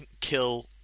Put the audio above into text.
kill